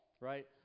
Right